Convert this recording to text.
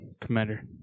Commander